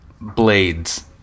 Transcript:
Blades